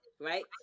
right